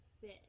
fit